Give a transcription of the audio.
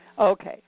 Okay